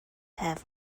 have